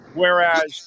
whereas